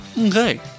Okay